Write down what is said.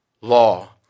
law